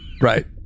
Right